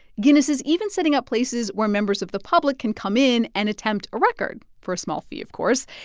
guinness is even setting up places where members of the public can come in and attempt a record for a small fee of course.